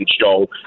show